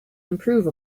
improve